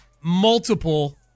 multiple